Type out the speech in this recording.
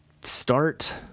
start